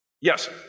Yes